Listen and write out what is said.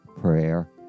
prayer